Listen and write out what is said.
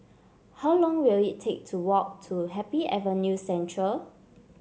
how long will it take to walk to Happy Avenue Central